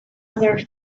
other